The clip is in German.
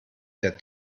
der